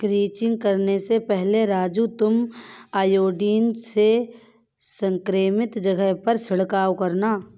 crutching करने से पहले राजू तुम आयोडीन से संक्रमित जगह पर छिड़काव करना